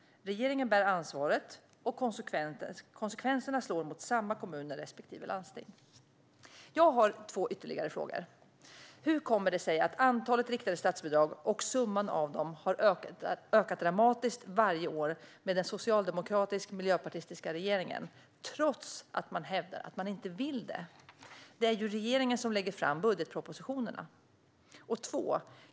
Regeringen bär ansvaret, och konsekvenserna slår mot samma kommuner respektive landsting. Jag har två ytterligare frågor: Hur kommer det sig att antalet riktade statsbidrag och summan av dem har ökat dramatiskt varje år med den socialdemokratiska och miljöpartistiska regeringen trots att man hävdar att man inte vill det? Det är ju regeringen som lägger fram budgetpropositionerna.